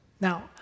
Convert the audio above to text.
Now